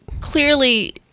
clearly